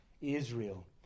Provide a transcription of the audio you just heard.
Israel